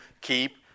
keep